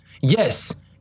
yes